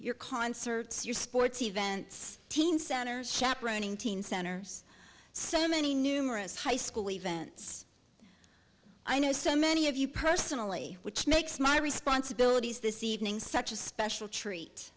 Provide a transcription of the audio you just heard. your concerts your sports events teen centers chaperoning teen centers so many numerous high school events i know so many of you personally which makes my responsibilities this evening such a special treat